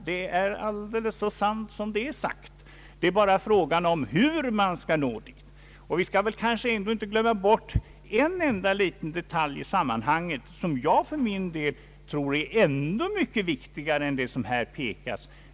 Det är så sant som det är sagt. Frågan är bara hur man skall nå dit. Vi skall inte glömma bort en liten detalj i sammanhanget som jag tror är mycket viktigare än det som här påpekas.